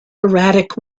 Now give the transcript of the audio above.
erratic